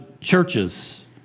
churches